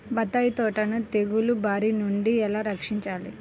బత్తాయి తోటను తెగులు బారి నుండి ఎలా రక్షించాలి?